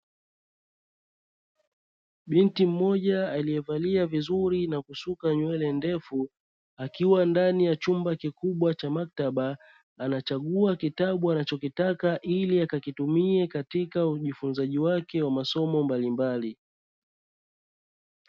Binti mmoja aliyevalia vizuri na kusuka nywele ndefu. Akiwa ndani ya chumba kikubwa cha maktaba anachagua kitabu anachokitaka ili akakitumia katika ujifunzaji wake na masomo mbalimbali.